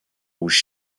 rouge